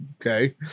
okay